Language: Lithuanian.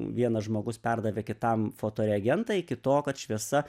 vienas žmogus perdavė kitam foto reagentą iki to kad šviesa